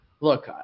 look